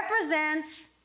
represents